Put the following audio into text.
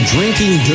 Drinking